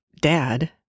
dad